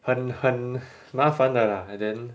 很很麻烦的 lah and then